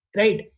right